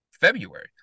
February